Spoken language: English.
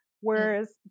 whereas